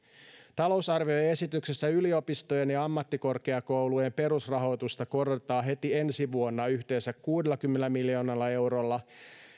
talousarvioesityksessä yliopistojen ja ammattikorkeakoulujen perusrahoitusta korotetaan heti ensi vuonna yhteensä kuudellakymmenellä miljoonalla eurolla